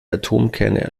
atomkerne